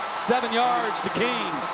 seven yards to king.